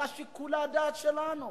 על שיקול הדעת שלנו,